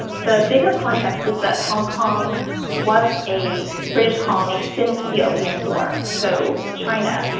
the bigger context is that hong kong was a british colony since the opium war. so china,